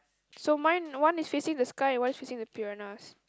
so mine one is facing the sky and one is facing the piranhas